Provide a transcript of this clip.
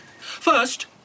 First